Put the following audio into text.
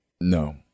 No